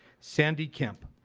sandy kemp.